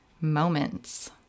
moments